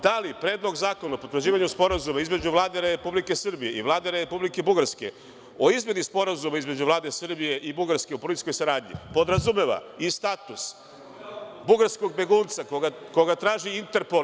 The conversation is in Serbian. Da li Predlog zakona o potvrđivanju sporazuma između Vlade Republike Srbije i Vlade Republike Bugarske o izmeni Sporazuma između Vlade Srbije i Bugarske o policijskoj saradnji, podrazumeva i status bugarskog begunca koga traži Interpol?